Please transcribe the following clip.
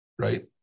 right